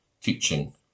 teaching